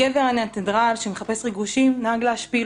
הגבר הניאנדרטל שמחפש ריגושים נהג להשפיל